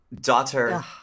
daughter